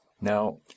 Now